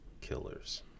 killers